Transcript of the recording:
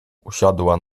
usiadła